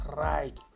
right